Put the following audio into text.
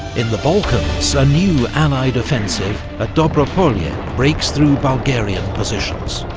in the balkans, a new allied offensive at dobro pole yeah breaks through bulgarian positions.